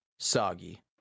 Soggy